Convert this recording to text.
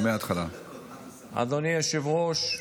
אדוני היושב-ראש,